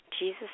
Jesus